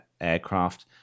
aircraft